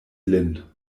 lin